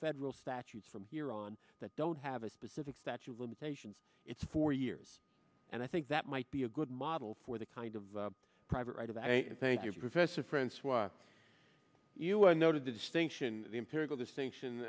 federal statutes from here on that don't have a specific statute of limitations it's four years and i think that might be a good model for the kind of private right of a thank you professor francoise you are noted the distinction the empirical distinction